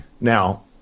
Now